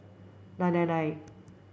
nine nine nine